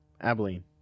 Abilene